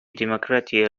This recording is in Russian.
демократии